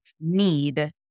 need